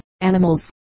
animals